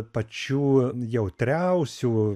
pačių jautriausių